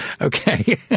Okay